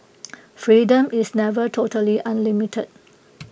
freedom is never totally unlimited